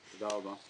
תודה רבה.